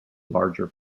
larger